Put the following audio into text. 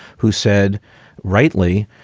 who said rightly,